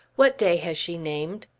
what day has she named?